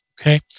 Okay